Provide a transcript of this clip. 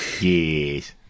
Yes